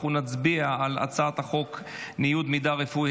אנחנו נצביע על הצעת חוק ניוד מידע רפואי,